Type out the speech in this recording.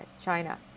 China